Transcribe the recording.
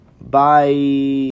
Bye